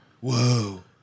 whoa